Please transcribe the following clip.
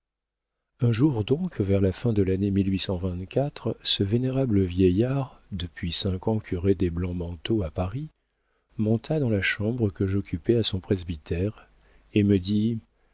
un jour donc vers la fin de l'année ce vénérable vieillard depuis cinq ans curé des blancs-manteaux à paris monta dans la chambre que j'occupais à son presbytère et me dit